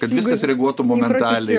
kad viskas reaguotų momentaliai